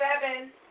seven